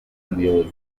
umuyobozi